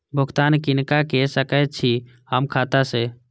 भुगतान किनका के सकै छी हम खाता से?